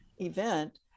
event